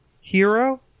hero